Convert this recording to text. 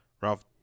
Ralph